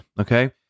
okay